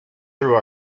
through